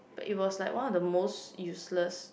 but it was like one of the most useless